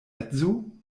edzo